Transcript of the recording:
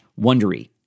wondery